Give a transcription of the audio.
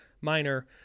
minor